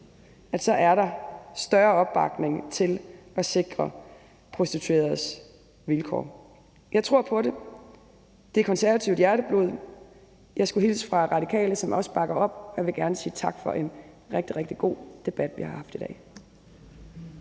ud, så er der større opbakning til at sikre prostitueredes vilkår. Jeg tror på det. Det er konservativt hjerteblod. Jeg skulle hilse fra Radikale, som også bakker op. Og så vil jeg gerne sige tak for en rigtig, rigtig god debat, vi har haft i dag.